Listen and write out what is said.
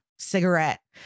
Cigarette